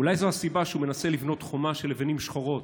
אולי זאת הסיבה שהוא מנסה לבנות חומה של לבנים שחורות,